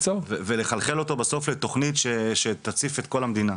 ולחלחל אותו בסוף לתכנית שתציף את כל המדינה.